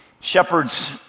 Shepherds